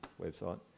website